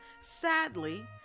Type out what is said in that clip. sadly